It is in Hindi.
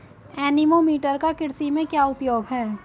एनीमोमीटर का कृषि में क्या उपयोग है?